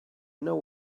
know